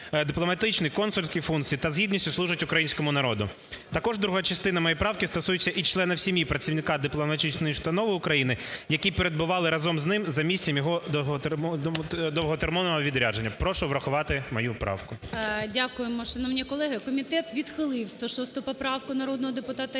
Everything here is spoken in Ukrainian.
дипломатичні, консульські функції та з гідністю служать українському народу. Також друга частина моєї правки стосується і членів сім'ї працівника дипломатичної установи України, які перебували разом з ним за місцем його довготермінового відрядження. Прошу врахувати мою правку. ГОЛОВУЮЧИЙ. Дякуємо. Шановні колеги, комітет відхилив 106 поправку народного депутата